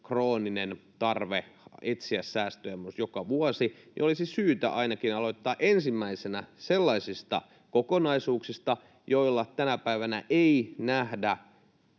krooninen tarve etsiä säästöjä joka vuosi, olisi syytä ainakin aloittaa ensimmäisenä sellaisista kokonaisuuksista, joilla tänä päivänä ei nähdä